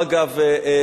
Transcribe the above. אגב,